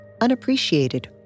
unappreciated